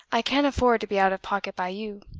i can't afford to be out of pocket by you.